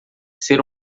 ser